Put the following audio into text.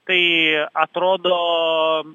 tai atrodo